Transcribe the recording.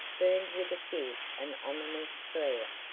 burned with a fierce and ominous glare,